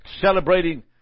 celebrating